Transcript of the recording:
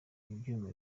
ibyuma